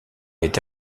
été